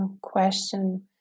question